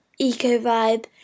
ecovibe